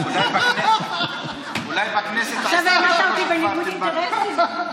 עכשיו העמדת אותי בניגוד אינטרסים.